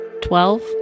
twelve